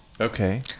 okay